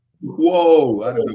Whoa